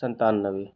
सत्तानवे